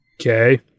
Okay